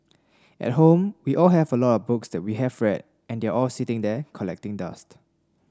at home we all have a lot books that we have read and they are all sitting there collecting dust